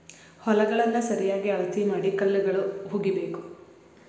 ಹೊಲಗಳನ್ನಾ ಸರಿಯಾಗಿ ಅಳತಿ ಮಾಡಿ ಕಲ್ಲುಗಳು ಹುಗಿಬೇಕು